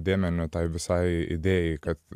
dėmeniu tai visai idėjai kad